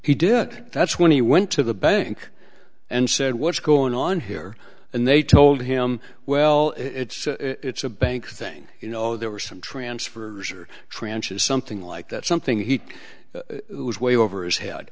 he did that's when he went to the bank and said what's going on here and they told him well it's it's a bank thing you know there were some transfers or tranches something like that something he was way over his head